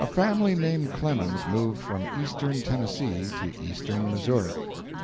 a family named clemens moved from eastern tennessee to eastern missouri